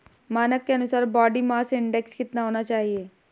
मानक के अनुसार बॉडी मास इंडेक्स कितना होना चाहिए?